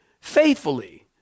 Faithfully